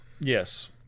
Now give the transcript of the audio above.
yes